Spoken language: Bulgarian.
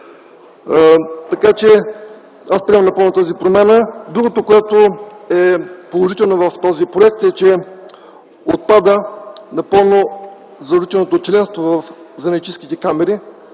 Така че аз приемам напълно тази промяна. Другото, което е положително в този проект, е, че отпада напълно задължителното членство в занаятчийските камари,